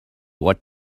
what